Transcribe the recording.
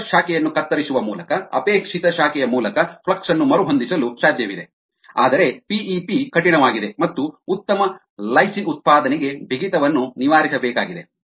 ಇತರ ಶಾಖೆಯನ್ನು ಕತ್ತರಿಸುವ ಮೂಲಕ ಅಪೇಕ್ಷಿತ ಶಾಖೆಯ ಮೂಲಕ ಫ್ಲಕ್ಸ್ ಅನ್ನು ಮರುಹೊಂದಿಸಲು ಸಾಧ್ಯವಿದೆ ಆದರೆ ಪಿ ಇ ಪಿ ಕಠಿಣವಾಗಿದೆ ಮತ್ತು ಉತ್ತಮ ಲೈಸಿನ್ ಉತ್ಪಾದನೆಗೆ ಬಿಗಿತವನ್ನು ನಿವಾರಿಸಬೇಕಾಗಿದೆ